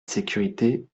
sécurité